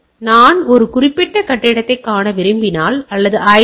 எனவே நான் ஒரு குறிப்பிட்ட கட்டிடத்தைக் காண விரும்பினால் அல்லது ஐ